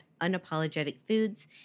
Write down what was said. unapologeticfoods